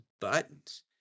buttons